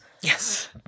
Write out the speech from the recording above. Yes